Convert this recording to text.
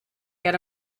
get